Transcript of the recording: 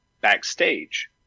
backstage